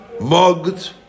mugged